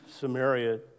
Samaria